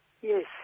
Yes